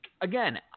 again